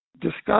discuss